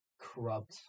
corrupt